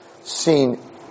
seen